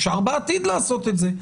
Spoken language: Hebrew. אפשר בעתיד לעשות את זה,